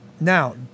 Now